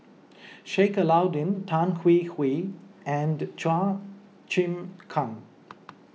Sheik Alauddin Tan Hwee Hwee and Chua Chim Kang